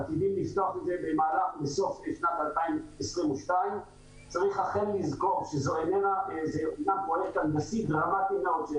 עתידים לפתוח את זה במהלך או בסוף שנת 2022. צריך לזכור שזה פרויקט הנדסי דרמטי מאוד.